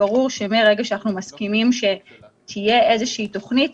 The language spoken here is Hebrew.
ברור שמרגע שאנחנו מסכימים שתהיה איזושהי תוכנית,